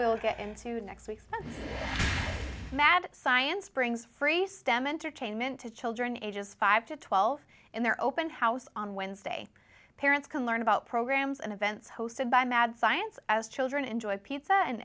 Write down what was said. we'll get into next week's mad science brings free stem entertainment to children ages five to twelve in their open house on wednesday parents can learn about programs and events hosted by mad science as children enjoy pizza and